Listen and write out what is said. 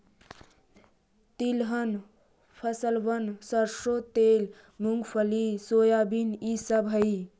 तिलहन फसलबन सरसों तेल, मूंगफली, सूर्यमुखी ई सब हई